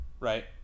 right